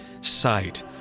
Sight